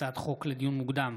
הצעות החוק לדיון מוקדם,